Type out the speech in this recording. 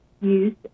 use